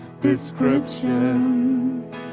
description